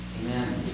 Amen